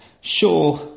Sure